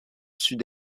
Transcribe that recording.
sud